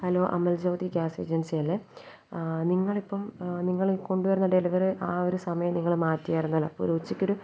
hello Amal Jyothi gas ഏജൻസിയല്ലേ നിങ്ങളിപ്പോള് ആ നിങ്ങള് കൊണ്ടുവരുന്ന ഡെലിവറി ആ ഒരു സമയം നിങ്ങള് മാറ്റിയായിരുന്നല്ലോ അപ്പോഴൊരു ഉച്ചയ്ക്കൊരു